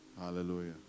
Hallelujah